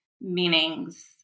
meanings